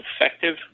effective